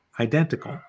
identical